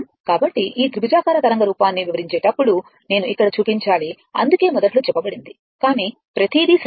కాబట్టి ఈ త్రిభుజాకార తరంగ రూపాన్ని వివరించేటప్పుడు నేను ఇక్కడ చూపించాలి అందుకే మొదట్లో చెప్పబడింది కానీ ప్రతిదీ సరైనది